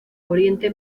oriente